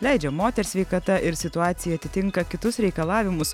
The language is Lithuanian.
leidžia moters sveikata ir situacija atitinka kitus reikalavimus